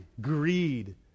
greed